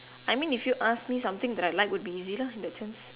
I mean if you ask me something I like would be easy lah in that sense